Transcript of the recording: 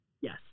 Yes